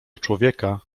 człowieka